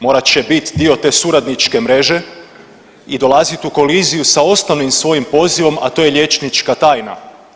Morat će biti dio te suradničke mreže i dolaziti u koliziju sa ostalim svojim pozivom, a to je liječnička tajna.